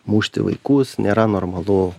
mušti vaikus nėra normalu